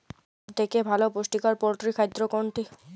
সব থেকে ভালো পুষ্টিকর পোল্ট্রী খাদ্য কোনটি?